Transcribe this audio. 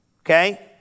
Okay